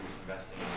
investing